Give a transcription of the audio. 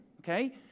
okay